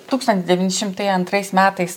tūkstantis devyni šimtai antrais metais